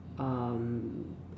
um